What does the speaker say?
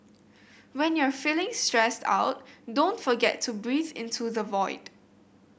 when you are feeling stressed out don't forget to breathe into the void